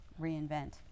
reinvent